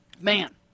Man